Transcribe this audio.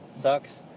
sucks